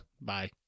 Bye